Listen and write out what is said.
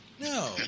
No